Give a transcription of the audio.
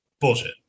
bullshit